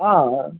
ആ